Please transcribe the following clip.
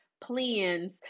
plans